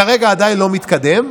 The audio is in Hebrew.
כרגע עדיין לא מתקדם.